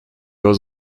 was